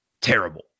terrible